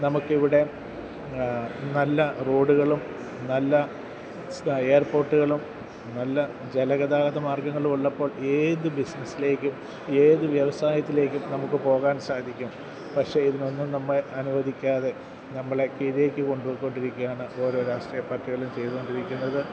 നമുക്കിവിടെ നല്ല റോഡുകളും നല്ല എയർപോർട്ടുകളും നല്ല ജലഗതാഗത മാർഗങ്ങളും ഉള്ളപ്പോൾ ഏത് ബിസ്സിനസ്സിലേക്കും ഏത് വ്യവസായത്തിലേക്കും നമുക്ക് പോകാൻ സാധിക്കും പക്ഷേ ഇതിനൊന്നും നമ്മെ അനുവദിക്കാതെ നമ്മളെ കീഴേക്ക് കൊണ്ടുപോയിക്കൊണ്ടിരിക്കുകയാണ് ഓരോ രാഷ്ട്രീയ പാർട്ടികളും ചെയ്തുകൊണ്ടിരിക്കുന്നത്